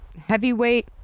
Heavyweight